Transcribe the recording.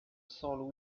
san